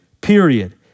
period